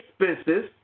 expenses